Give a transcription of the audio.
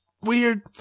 weird